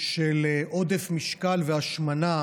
של עודף משקל והשמנה